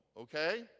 Okay